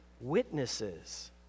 witnesses